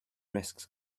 risks